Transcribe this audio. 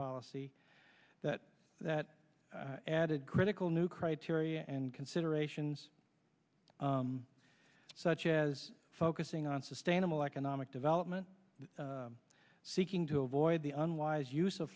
policy that that added critical new criteria and considerations such as focusing on sustainable at anomic development seeking to avoid the unwise use of